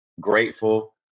grateful